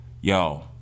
yo